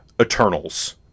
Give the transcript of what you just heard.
Eternals